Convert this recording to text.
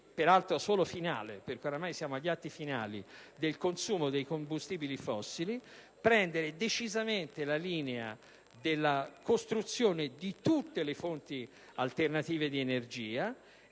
peraltro solo finale (perché oramai siamo agli atti finali), del consumo dei combustibili fossili; prendere decisamente la linea della costruzione di tutte le fonti alternative di energia;